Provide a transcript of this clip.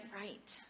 right